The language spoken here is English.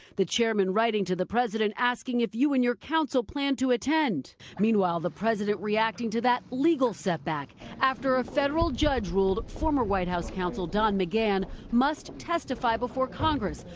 the chairman writing to the president asking if you and your counsel plan to attend meanwhile, the president reacting to that legal setback after a federal judge ruled former white house counsel don mcgahn must testify before congress,